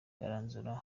kwigaranzura